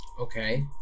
okay